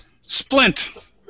Splint